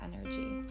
energy